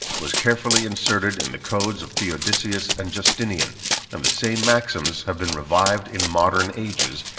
was carefully inserted in the codes of theodosius and justinian and the same maxims have been revived in modern ages,